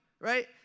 right